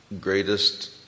greatest